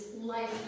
life